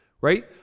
Right